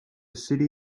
city